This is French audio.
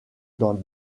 dans